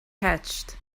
hatched